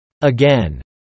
Again